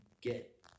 get